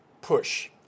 push